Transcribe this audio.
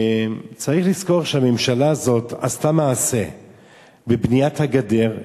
צריך לזכור שהממשלה הזאת עשתה מעשה בבניית הגדר,